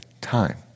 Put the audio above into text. time